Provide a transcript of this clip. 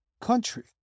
country